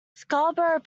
scarborough